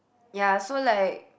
ya so like